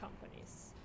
companies